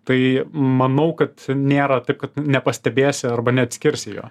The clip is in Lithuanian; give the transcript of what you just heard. tai manau kad nėra taip kad nepastebėsi arba neatskirsi jo